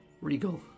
Regal